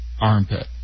armpit